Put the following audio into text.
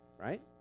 right